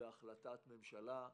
ובהחלטת ממשלה,